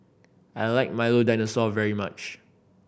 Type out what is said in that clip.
I like Milo Dinosaur very much